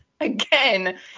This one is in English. again